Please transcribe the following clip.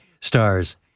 stars